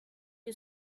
you